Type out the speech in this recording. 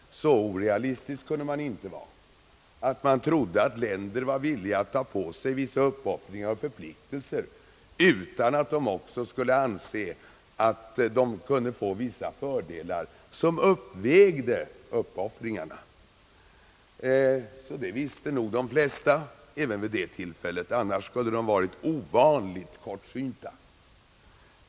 Så orealistisk kunde man inte vara att man trodde att länder var villiga att ta på sig vissa uppoffringar och förpliktelser, utan att de också skulle anse att de kunde få vissa fördelar som uppvägde uppoffringarna. Det visste nog de flesta även vid det tillfället, Annars skulle de ha varit ovanligt kortsynta.